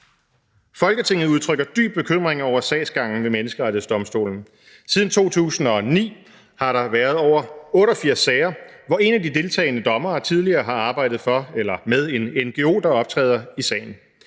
»Folketinget udtrykker dyb bekymring over sagsgangen ved Menneskerettighedsdomstolen. Siden 2009 har der været over 88 sager, hvor en af de deltagende dommere tidligere har arbejdet for eller med en ngo, der optræder i sagen.